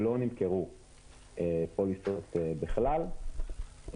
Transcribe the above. שלא נמכרו פוליסות בכלל,